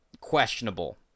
questionable